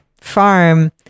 farm